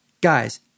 guys